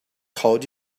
called